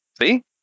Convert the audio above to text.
See